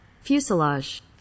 Fuselage